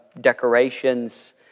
decorations